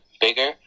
bigger